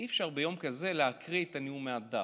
אי-אפשר ביום כזה להקריא את הנאום מהדף,